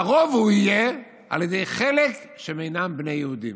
שהרוב יהיה על ידי חלק שאינם בני יהודים.